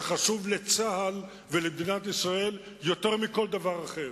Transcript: זה חשוב לצה"ל ולמדינת ישראל יותר מכל דבר אחר,